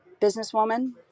businesswoman